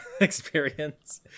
experience